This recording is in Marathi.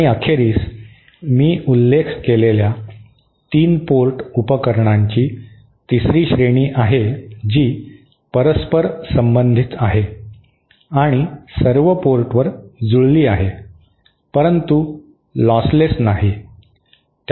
आणि अखेरीस मी उल्लेख केलेल्या 3 पोर्ट उपकरणांची तिसरी श्रेणी आहे जी परस्परसंबंधित आहे आणि सर्व पोर्टवर जुळली आहे परंतु लॉसलेस नाही